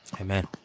Amen